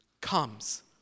comes